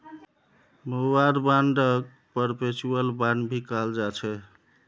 war बांडक perpetual bond भी कहाल जाछे